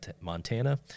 Montana